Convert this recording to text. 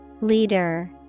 Leader